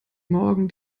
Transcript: morgen